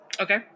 okay